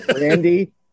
Randy